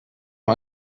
nur